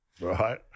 Right